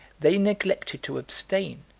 they neglected to abstain,